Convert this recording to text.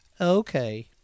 Okay